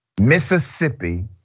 Mississippi